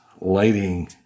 lighting